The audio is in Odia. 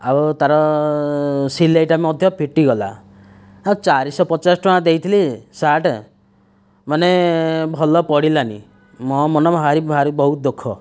ଆଉ ତା'ର ସିଲାଇଟା ମଧ୍ୟ ଫିଟିଗଲା ହେଃ ଚାରିଶହ ପଚାଶ ଟଙ୍କା ଦେଇଥିଲି ସାର୍ଟ ମାନେ ଭଲ ପଡ଼ିଲାନି ମୋ ମନ ଭାରି ଭାରି ବହୁତ ଦୁଃଖ